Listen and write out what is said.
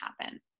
happen